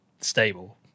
stable